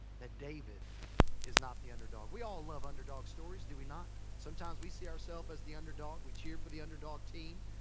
that david is not the underdog. we all love underdog stories. do we not? sometimes we see ourself as the underdog. we cheer for the underdog team.